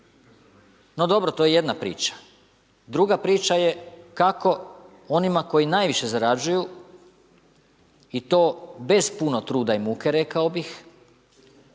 No dobro, to je jedna priča. Druga priča je kako onima koji najviše zarađuju i to bez puno truda i muke rekao bih,